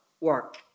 work